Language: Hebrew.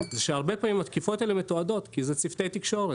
שהרבה פעמים התקיפות האלה מתועדות כי זה צוותי תקשורת,